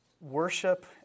worship